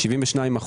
72%,